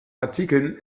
artikeln